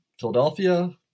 Philadelphia